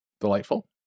delightful